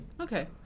okay